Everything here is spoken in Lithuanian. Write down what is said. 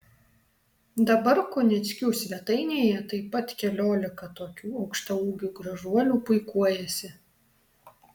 dabar kunickių svetainėje taip pat keliolika tokių aukštaūgių gražuolių puikuojasi